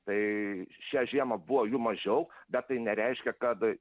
tai šią žiemą buvo jų mažiau bet tai nereiškia kad